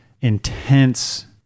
intense